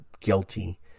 guilty